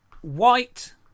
white